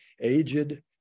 aged